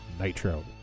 Nitro